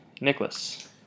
Nicholas